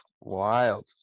wild